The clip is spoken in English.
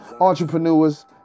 entrepreneurs